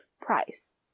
price